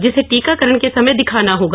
जिसे टीकाकरण के समय दिखाना होगा